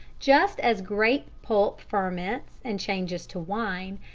just as grape-pulp ferments and changes to wine,